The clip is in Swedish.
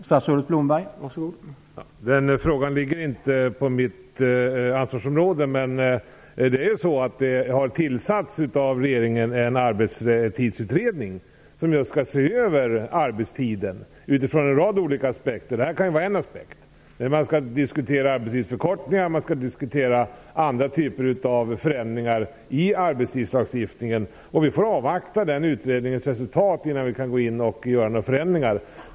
Herr talman! Den frågan hör inte till mitt ansvarsområde, men jag kan säga att regeringen har tillsatt en arbetstidsutredning, som just skall se över arbetstiden från en rad olika aspekter. Det här kan ju vara en aspekt. Man skall diskutera arbetstidsförkortning och andra typer av förändringar i arbetstidslagstiftningen. Vi får avvakta den utredningens resultat innan vi kan gå in och göra några förändringar.